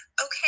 Okay